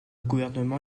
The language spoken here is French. gouvernement